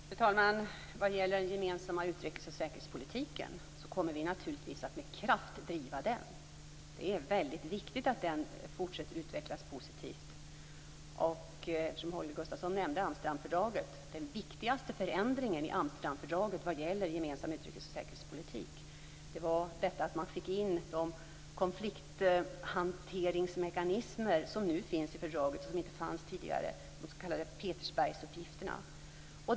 Fru talman! Den gemensamma utrikes och säkerhetspolitiken kommer vi naturligtvis att driva med kraft. Det är väldigt viktigt att den fortsätter att utvecklas positivt. Holger Gustafsson nämnde Amsterdamfördraget. Den viktigaste förändringen i Amsterdamfördraget vad gäller en gemensam utrikes och säkerhetspolitik var detta att man fick in de konflikthanteringsmekanismer som nu finns i fördraget och som inte fanns där tidigare, de s.k. Petersbergsuppgifterna.